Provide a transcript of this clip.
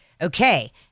okay